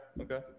Okay